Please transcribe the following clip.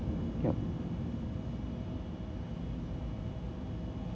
yup